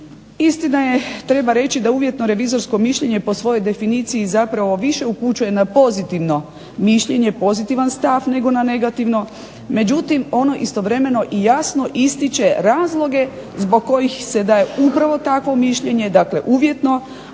Istina je treba reći da revizorsko mišljenje po svojoj definiciji više upućuje na pozitivno mišljenje, na pozitivan stav nego na negativno međutim, istovremeno ono jasno ističe razloge zbog kojih se daje upravo takvo mišljenje uvjetno,